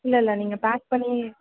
இல்லைல்ல நீங்கள் பேக் பண்ணி